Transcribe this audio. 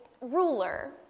ruler